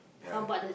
ya